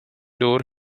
door